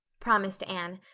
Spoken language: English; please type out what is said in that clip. promised anne,